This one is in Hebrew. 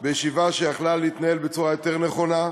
בישיבה שהייתה יכולה להתנהל בצורה יותר נכונה,